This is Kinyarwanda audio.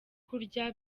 kurya